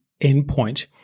endpoint